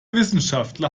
wissenschaftler